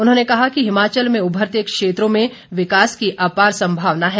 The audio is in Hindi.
उन्होंने कहा कि हिमाचल में उभरते क्षेत्रों में विकास की अपार सम्भावना है